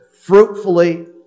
fruitfully